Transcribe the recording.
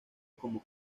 como